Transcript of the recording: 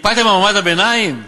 טיפלתם במעמד הביניים?